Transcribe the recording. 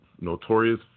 notorious